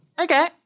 okay